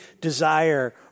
desire